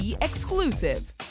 exclusive